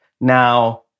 Now